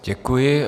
Děkuji.